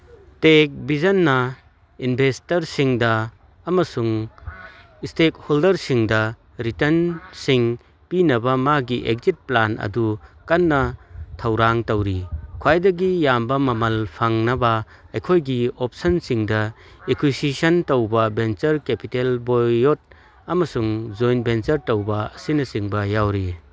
ꯇꯦꯛꯚꯤꯖꯟꯅ ꯏꯟꯚꯦꯁꯇꯔꯁꯤꯡꯗ ꯑꯃꯁꯨꯡ ꯏꯁꯇꯦꯛꯍꯣꯜꯗꯔꯁꯤꯡꯗ ꯔꯤꯇꯟꯁꯤꯡ ꯄꯤꯅꯕ ꯃꯥꯒꯤ ꯑꯦꯛꯖꯤꯠ ꯄ꯭ꯂꯥꯟ ꯑꯗꯨ ꯀꯟꯅ ꯊꯧꯔꯥꯡ ꯇꯧꯔꯤ ꯈ꯭ꯋꯥꯏꯗꯒꯤ ꯌꯥꯝꯕ ꯃꯃꯜ ꯐꯪꯅꯕ ꯑꯩꯈꯑꯣꯏꯒꯤ ꯑꯣꯞꯁꯟꯁꯤꯡꯗ ꯏꯀ꯭ꯌꯨꯁꯤꯁꯟ ꯇꯧꯕ ꯕꯦꯟꯆꯔ ꯀꯦꯄꯤꯇꯦꯜ ꯕꯣꯌꯣꯠ ꯑꯃꯁꯨꯡ ꯖꯣꯏꯟ ꯕꯦꯟꯆꯔ ꯇꯧꯕ ꯑꯁꯤꯅꯆꯤꯡꯕ ꯌꯥꯎꯔꯤ